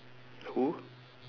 who